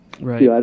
Right